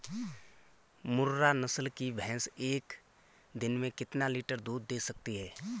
मुर्रा नस्ल की भैंस एक दिन में कितना लीटर दूध दें सकती है?